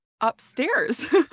upstairs